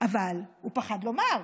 אבל הוא פחד לומר.